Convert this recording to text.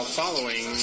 following